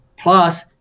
Plus